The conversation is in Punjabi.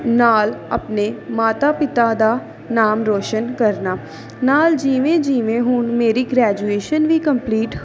ਨਾਲ ਆਪਣੇ ਮਾਤਾ ਪਿਤਾ ਦਾ ਨਾਮ ਰੌਸ਼ਨ ਕਰਨਾ ਨਾਲ ਜਿਵੇਂ ਜਿਵੇਂ ਹੁਣ ਮੇਰੀ ਗ੍ਰੈਜੂਏਸ਼ਨ ਵੀ ਕੰਪਲੀਟ